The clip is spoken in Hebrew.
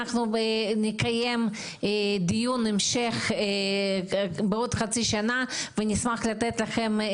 אנחנו נקיים דיון המשך בעוד כחצי שנה ונשמח לתת לכם את